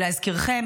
להזכירכם,